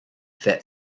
that